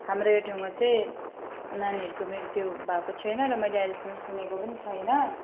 हाम्रो यो ठाउँमा चाहिँ नानीहरूको मेरो त्यो भएको छैन र मैले अहिलेसम्म सुनेको पनि छैन